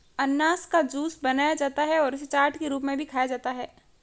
अनन्नास का जूस बनाया जाता है और इसे चाट के रूप में भी खाया जाता है